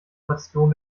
bastion